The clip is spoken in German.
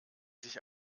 sich